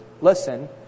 listen